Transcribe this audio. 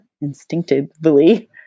instinctively